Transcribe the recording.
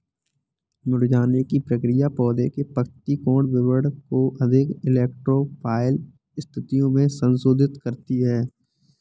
मुरझाने की प्रक्रिया पौधे के पत्ती कोण वितरण को अधिक इलेक्ट्रो फाइल स्थितियो में संशोधित करती है